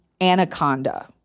anaconda